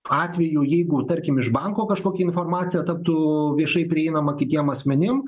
atveju jeigu tarkim iš banko kažkokia informacija taptų viešai prieinama kitiem asmenim